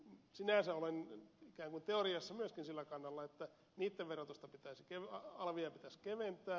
sinänsä olen ikään kuin teoriassa myöskin sillä kannalla että niitten alvia pitäisi keventää